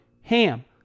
HAM